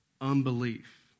unbelief